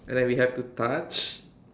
and then we have to touch